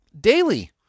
daily